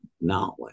knowledge